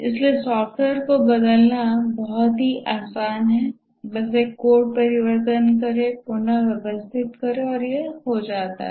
इसलिए सॉफ़्टवेयर को बदलना बहुत आसान है बस एक कोड परिवर्तन करें पुन व्यवस्थित करें और यह हो जाता है